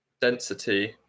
density